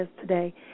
today